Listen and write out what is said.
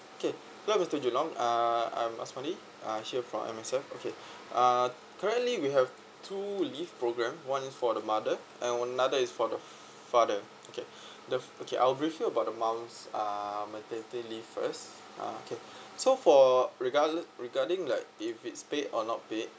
okay hello mister jun long uh I'm asmadi uh here from M_S_F okay uh currently we have two leave program one for the mother and another one is for the father okay the okay I'll brief you about the mom's uh maternity leave first uh okay so for regardless regarding like if it's paid or not paid